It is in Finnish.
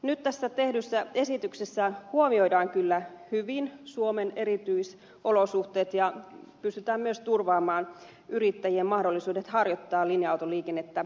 nyt tässä tehdyssä esityksessä huomioidaan kyllä hyvin suomen erityisolosuhteet ja pystytään myös turvaamaan yrittäjien mahdollisuudet harjoittaa linja autoliikennettä jatkossakin